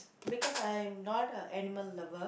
because I am not an animal lover